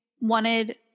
wanted